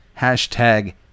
Hashtag